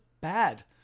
bad